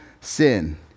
sin